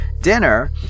dinner